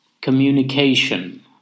Communication